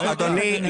אדוני,